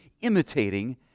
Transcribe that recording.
imitating